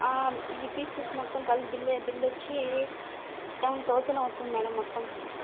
ఈ పీసెస్ మొత్తం కలిపి బిల్ బిల్ వచ్చి సెవెన్ థౌసండ్ అవుతుంది మేడం మొత్తం